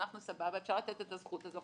סבבה, אפשר לתת את הזכות הזאת.